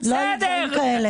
לא היו דברים כאלה.